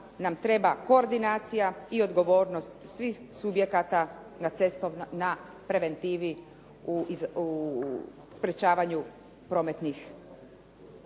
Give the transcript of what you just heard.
nam treba koordinacija i odgovornost svih subjekata na preventivi u sprječavanju prometnih